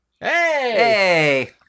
Hey